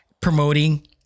promoting